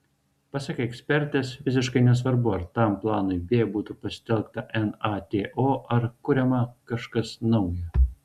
pasak ekspertės visiškai nesvarbu ar tam planui b būtų pasitelkta nato ar kuriama kažkas nauja